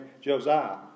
Josiah